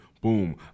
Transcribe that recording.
Boom